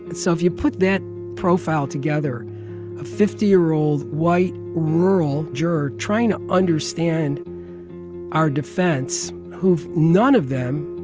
and so if you put that profile together a fifty year old, white, rural juror trying to understand our defense, who've none of them,